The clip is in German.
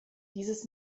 dieses